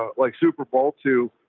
ah like super bowl to,